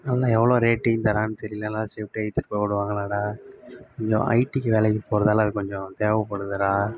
நல்லா எவ்வளோ ரேட்டிங் தரான் தெரியல நல்லா சேஃப்டியாக இழுத்துகிட்டு போய் விடுவாங்களாடா கொஞ்சம் ஐடிக்கு வேலைக்கு போகிறதால அது கொஞ்சம் தேவைப்படுதுடா